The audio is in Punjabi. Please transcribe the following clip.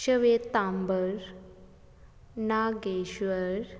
ਸ਼ਵੇਤਾਂਬਰ ਨਾਗੇਸ਼ਵਰ